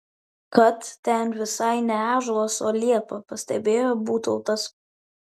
kad ten visai ne ąžuolas o liepa pastebėjo būtautas